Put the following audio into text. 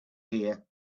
here